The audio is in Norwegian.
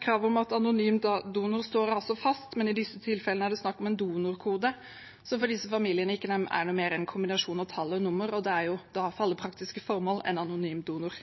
Kravet om anonym donor står altså fast, men i disse tilfellene er det snakk om en donorkode, som for disse familiene ikke er noe mer enn en kombinasjon av tall og nummer, og det er for alle praktiske formål en anonym donor.